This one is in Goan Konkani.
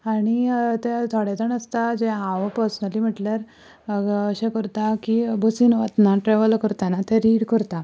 आनी ते थोडे जाण आसता जे हांव पर्सनली म्हणल्यार अशें करता की बसीन वतना ट्रेवल करतना ते रीड करतां